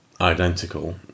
identical